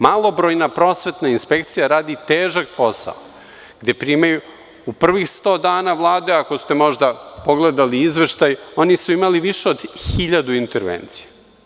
Malobrojna prosvetna inspekcija radi težak posao, gde primaju, u prvih 100 dana Vlade, ako ste možda pogledali izveštaj, oni su imali više od 1000 intervencija.